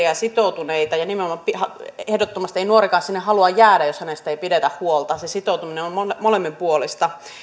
ja sitoutuneita työntekijöitä ehdottomasti ei nuorikaan sinne halua jäädä jos hänestä ei pidetä huolta se sitoutuminen on molemminpuolista